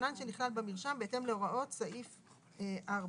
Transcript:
כונן שנכלל במרשם, בהתאם להוראות סעיף 4,"